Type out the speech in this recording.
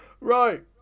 Right